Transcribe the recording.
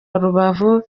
rubavu